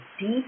deep